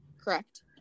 correct